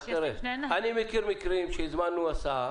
אני מכיר מקרים שהזמנו הסעה,